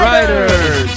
Riders